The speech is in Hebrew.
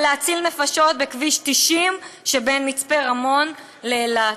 להציל נפשות בכביש 90 שבין מצפה רמון לאילת.